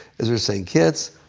is we're saying, kids,